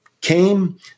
came